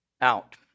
out